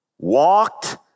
Walked